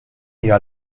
hija